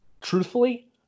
truthfully